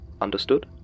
Understood